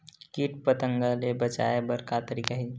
कीट पंतगा ले बचाय बर का तरीका हे?